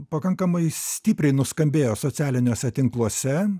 pakankamai stipriai nuskambėjo socialiniuose tinkluose